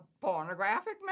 pornographic